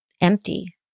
empty